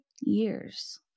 years